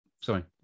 sorry